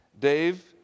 Dave